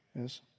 Yes